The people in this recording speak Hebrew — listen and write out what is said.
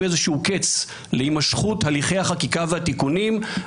איזשהו קץ להימשכות הליכי החקיקה והתיקונים,